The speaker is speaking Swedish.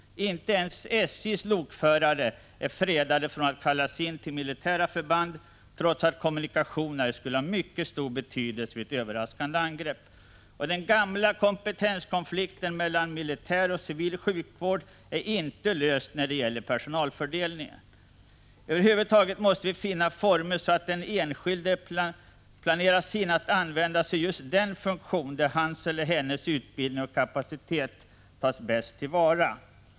Inte ens SJ:s lokförare är fredade från att kallas in till militära förband trots att kommunikationer spelar mycket stor roll vid ett överraskande angrepp. Och den gamla kompetenskonflikten mellan militär och civil sjukvård är inte löst 67 när det gäller personalfördelningen. Över huvud taget måste vi finna sådana former att den enskilde planeras in för användning i just den funktion där hans eller hennes utbildning eller kapacitet tas bäst till vara.